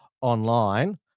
online